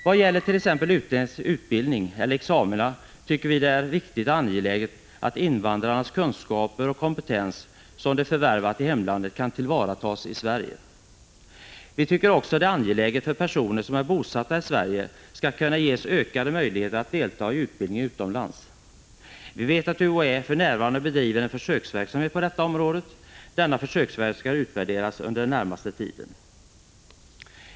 Vad gäller t.ex. utländsk utbildning eller examina tycker vi det är viktigt och angeläget att invandrarnas kunskaper och kompetens som de förvärvat i hemlandet kan tillvaratas i Sverige. Vi tycker också det är angeläget att personer som är bosatta i Sverige skall kunna ges ökade möjligheter att delta i utbildning utomlands. Vi vet att UHÄ för närvarande bedriver en försöksverksamhet på detta område. Denna försöksverksamhet skall utvärderas under den närmaste tiden.